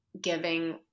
giving